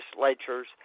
legislatures